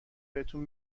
بهتون